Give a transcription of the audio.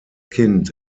kind